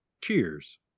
Cheers